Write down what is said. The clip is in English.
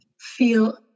feel